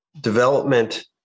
development